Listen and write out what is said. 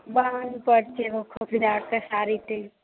बान्ध पर छी एगो साड़ी टाँगिकऽ